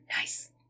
Nice